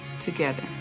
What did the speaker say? together